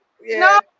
No